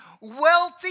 wealthy